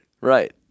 right